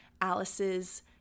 Alice's